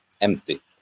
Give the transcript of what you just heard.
empty